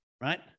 Right